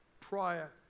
prior